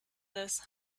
this